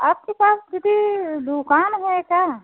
आपके पास दीदी दुकान है क्या